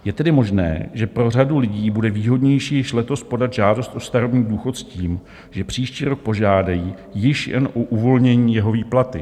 Je tedy možné, že pro řadu lidí bude výhodnější již letos podat žádost o starobní důchod s tím, že příští rok požádají již jen o uvolnění jeho výplaty.